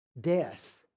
death